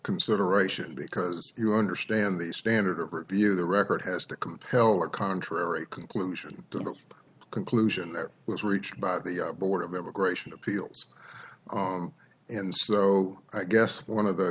consideration because you understand the standard of review the record has to compel or contrary conclusion to the conclusion that was reached by the board of immigration appeals and so i guess one of the